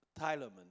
Tylerman